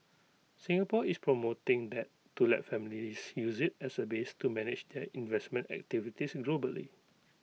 Singapore is promoting that to let families use IT as A base to manage their investment activities globally